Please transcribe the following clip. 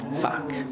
Fuck